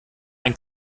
ein